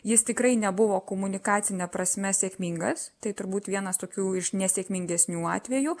jis tikrai nebuvo komunikacine prasme sėkmingas tai turbūt vienas tokių iš nesėkmingesnių atvejų